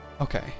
Okay